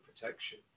protection